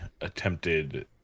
attempted